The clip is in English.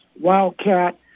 wildcat